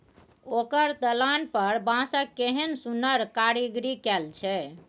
ओकर दलान पर बांसक केहन सुन्नर कारीगरी कएल छै